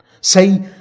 Say